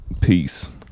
peace